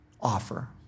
offer